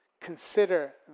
Consider